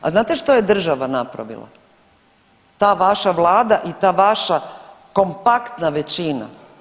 A znate što je država napravila, ta vaša vlada i ta vaša kompaktna većina?